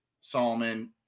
Solomon